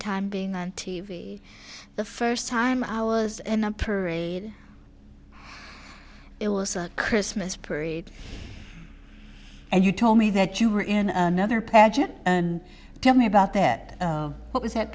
time being on t v the first time i was in a parade it was a christmas parade and you told me that you were in another pageant and tell me about that what was that